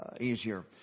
easier